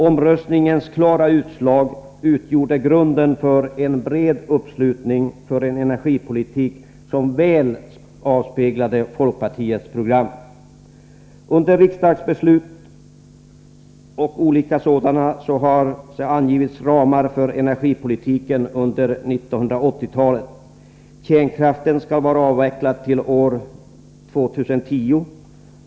Omröstningens klara utslag utgjorde grunden för en bred uppslutning kring en energipolitik som väl avspeglade folkpartiets program. Olika riksdagsbeslut har angivit ramarna för energipolitiken under 1980 talet. Kärnkraften skall vara avvecklad till år 2010.